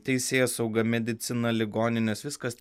teisėsauga medicina ligoninės viskas